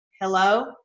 Hello